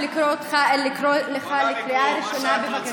את הולכת לייצג את מדינת ישראל בבייג'ינג?